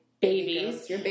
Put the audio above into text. babies